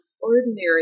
ordinary